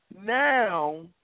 now